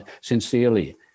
sincerely